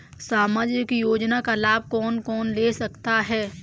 सामाजिक योजना का लाभ कौन कौन ले सकता है?